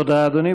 תודה, אדוני.